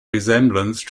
resemblance